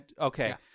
Okay